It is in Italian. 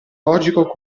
logico